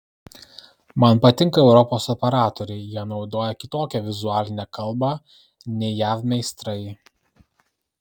man patinka europos operatoriai jie naudoja kitokią vizualinę kalbą nei jav meistrai